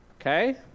Okay